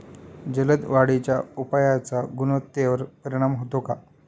जलद वाढीच्या उपायाचा गुणवत्तेवर परिणाम होतो का?